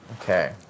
Okay